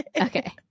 Okay